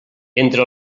entre